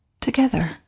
together